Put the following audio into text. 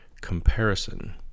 comparison